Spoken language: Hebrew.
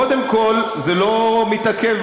קודם כול, זה לא רק מתעכב.